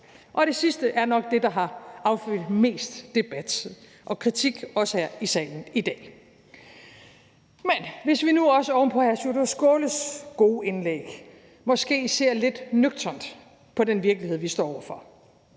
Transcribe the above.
Det sidste er nok det, der har affødt mest debat og kritik, også her i salen i dag. Men hvis vi nu også oven på hr. Sjúrður Skaales gode indlæg måske ser lidt nøgternt på den virkelighed, vi står over for,